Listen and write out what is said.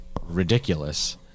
ridiculous